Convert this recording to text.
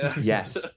Yes